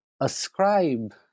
ascribe